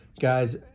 guys